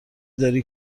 داری